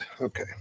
Okay